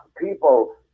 people